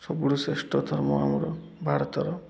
ସବୁଠୁ ଶ୍ରେଷ୍ଠ ଧର୍ମ ଆମର ଭାରତର